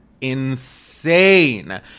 insane